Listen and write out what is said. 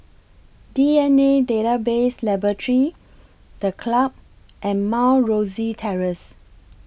D N A Database Laboratory The Club and Mount Rosie Terrace